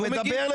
הוא משקר.